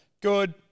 Good